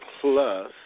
plus